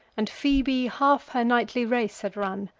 and phoebe half her nightly race had run.